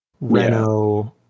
Renault